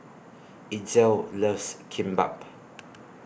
Itzel loves Kimbap